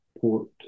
port